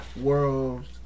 world